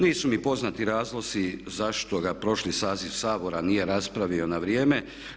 Nisu mi poznati razlozi zašto ga prošli saziv Sabora nije raspravio na vrijeme.